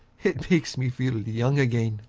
it makes me feel young again.